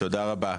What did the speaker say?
תודה רבה.